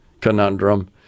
conundrum